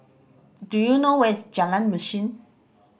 do you know where is Jalan Mesin